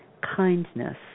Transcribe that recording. kindness